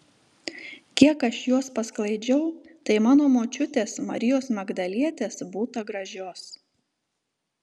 kiek aš juos pasklaidžiau tai mano močiutės marijos magdalietės būta gražios